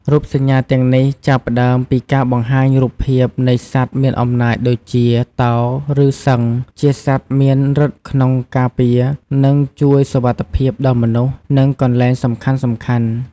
រូបសញ្ញាទាំងនេះចាប់ផ្តើមពីការបង្ហាញរូបភាពនៃសត្វមានអំណាចដូចជា តោ ឬសិង្ហជាសត្វមានឫទ្ធិក្នុងការពារ និងជួយសុវត្ថិភាពដល់មនុស្ស និងកន្លែងសំខាន់ៗ។